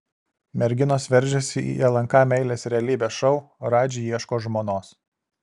merginos veržiasi į lnk meilės realybės šou radži ieško žmonos